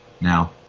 Now